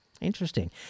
Interesting